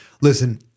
Listen